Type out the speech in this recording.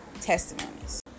testimonies